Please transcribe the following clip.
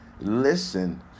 listen